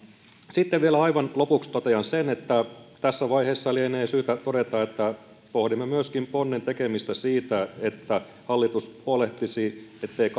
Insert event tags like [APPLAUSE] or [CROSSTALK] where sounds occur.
vielä aivan lopuksi totean sen että tässä vaiheessa lienee syytä todeta että pohdimme myöskin ponnen tekemistä siitä että hallitus huolehtisi etteivät [UNINTELLIGIBLE]